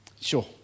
Sure